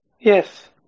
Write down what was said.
Yes